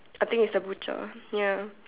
I think its the butcher ya